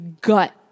gut